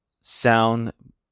sound